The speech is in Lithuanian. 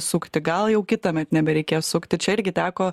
sukti gal jau kitąmet nebereikės sukti čia irgi teko